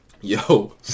Yo